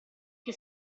che